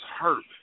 hurt